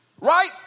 Right